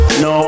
no